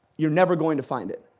you're never going to find it.